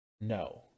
no